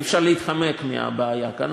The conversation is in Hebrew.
אי-אפשר להתחמק מהבעיה כאן.